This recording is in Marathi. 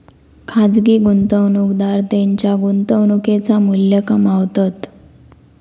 खाजगी गुंतवणूकदार त्येंच्या गुंतवणुकेचा मू्ल्य कमावतत